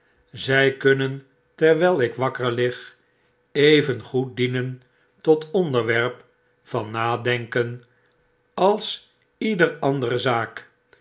zy kunnen terwyl ikwakker lig evengoed dienen tot onderwerp van nadenken als ieder andere zaak